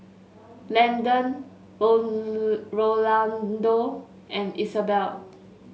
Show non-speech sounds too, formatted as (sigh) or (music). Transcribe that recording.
Landen (unintelligible) Rolando and Isabell